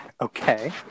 Okay